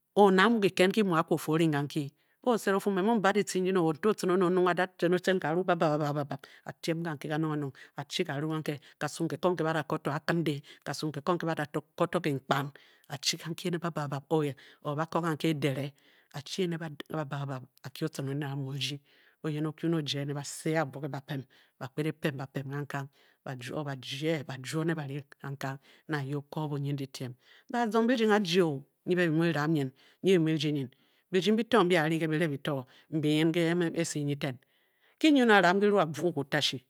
Or oned amu kiked nki muu akwu o-fii o-ring kanki o-sed o o-Fu me mmu mba ditce ndin o. nto otcin oned o-nyung o, a-da tcen kaaru bab bab bab bab a-tiem kanke kanong kanong a-chi ka a ru ankē, kasu nke ko nke bá dá kô to akiñdê kasu ke ko nke ba do ko kenkpan, a-chi kanki ene bab bab bab or ba kong kanki èdèrê a-chi ene bab bab bab bab, a-kyi otun oned amu o-rdi oyen o-kyu ne ojije, ne ba see a-buo ke ba pem ba kped e-pem ba pem kang kang, ba juo, ba jye ba juo, ne ba ri kang kang nang ye o- ko bunyin dyitiem Nu a zong birding ayie o, nyi be bi mu biram nyin, nyi bi mu rdi nyin, birding bi to, a a ri ke bi ré bi to mbyi nyin ke ese nyi ten. Ki nyin o, a-ram kiru a- pwo onyi otashi